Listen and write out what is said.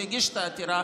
שהגיש את העתירה,